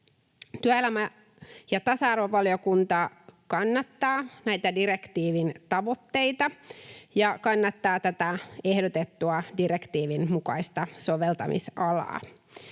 Työelämä- ja tasa-arvovaliokunta kannattaa näitä direktiivin tavoitteita ja kannattaa tätä ehdotettua direktiivin mukaista soveltamisalaa.